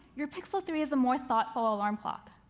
your pixel three is a more thoughtful alarm clock.